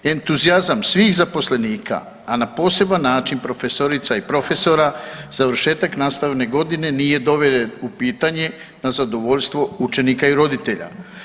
Entuzijazam svih zaposlenika, a na poseban način profesorica i profesora završetak nastavne godine nije doveden u pitanje na zadovoljstvo učenika i roditelja.